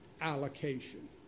allocation